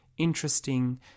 interesting